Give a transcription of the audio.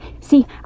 See